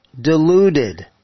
deluded